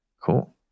Cool